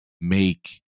make